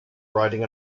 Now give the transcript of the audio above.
writing